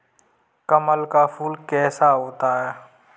कमल का फूल कैसा होता है?